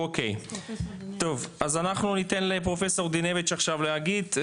אוקיי אז אנחנו ניתן לפרופסור דינביץ' עכשיו להגיד.